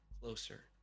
closer